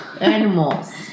Animals